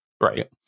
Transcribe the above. Right